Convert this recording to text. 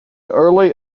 early